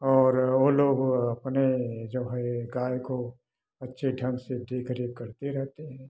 और वो लोग अपने जो है गाय को अच्छे ढंग से देख रेख करते रहते हैं